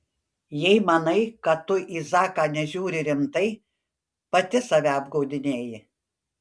jei manai kad tu į zaką nežiūri rimtai pati save apgaudinėji